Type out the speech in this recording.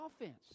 offense